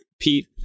Pete